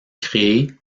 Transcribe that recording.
créée